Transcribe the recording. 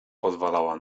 pozwalała